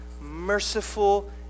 merciful